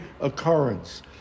occurrence